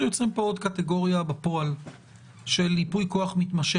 שלו דרך אגב לפי החוק להביא להפעלת ייפוי הכוח איפה שצריך